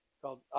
called